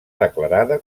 declarada